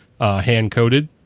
hand-coded